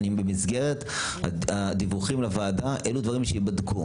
במסגרת הדיווחים לוועדה אלו דברים שייבדקו,